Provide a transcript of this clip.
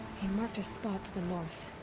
he marked a spot to the north.